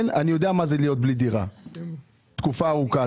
אני יודע מה זה להיות בלי דירה תקופה ארוכה.